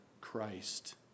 Christ